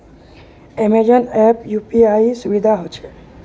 Amazon ऐपत यूपीआईर सुविधा ह छेक